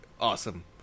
awesome